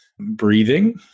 Breathing